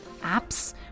apps